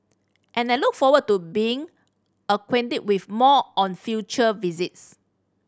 and I look forward to being acquainted with more on future visits